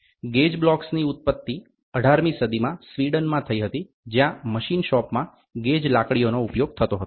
gauge બ્લોક્સની ઉત્પત્તિ 18મી સદીમાં સ્વીડનમાં થઈ હતી જ્યાં મશીન શોપમાં ગેજ લાકડીઓનો ઉપયોગ થતો હતો